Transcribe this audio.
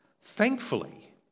thankfully